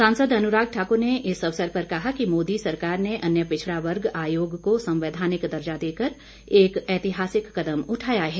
सांसद अनुराग ठाकुर ने इस अवसर पर कहा कि मोदी सरकार ने अन्य पिछड़ा वर्ग आयोग को संवैधानिक दर्जा देकर एक ऐतिहासिक कदम उठाया है